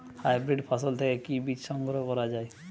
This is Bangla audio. হাইব্রিড ফসল থেকে কি বীজ সংগ্রহ করা য়ায়?